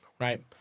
right